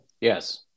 Yes